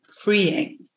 freeing